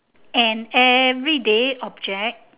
an everyday object